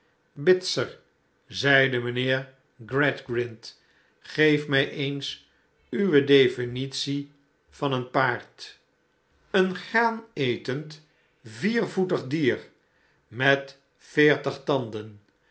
bitzer zeide mijnheer gradgrind geef mij eens uwe deflnitie van een paard een graanetend viervoetig dier met veertig tanden